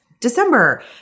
December